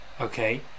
okay